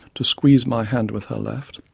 to squeeze my hand with her left,